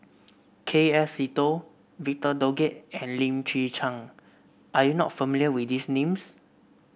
K F Seetoh Victor Doggett and Lim Chwee Chian are you not familiar with these names